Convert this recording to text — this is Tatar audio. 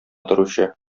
торучы